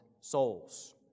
souls